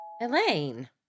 Elaine